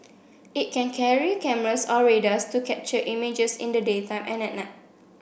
it can carry cameras or radars to capture images in the daytime and at night